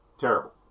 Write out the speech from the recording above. terrible